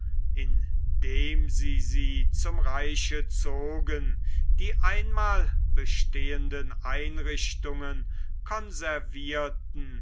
indem sie sie zum reiche zogen die einmal bestehenden einrichtungen konservierten